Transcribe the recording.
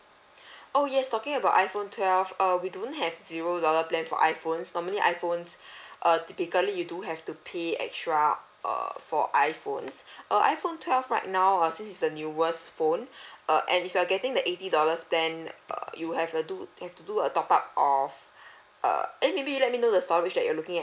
oh yes talking about iphone twelve err we don't have zero dollar plan for iphones normally iphones uh typically you do have to pay extra err for iphones uh iphone twelve right now uh since is the newest phone uh and if you're getting the eighty dollars plan uh you have the to have to do a top up of uh eh maybe you let me know the storage that you're looking at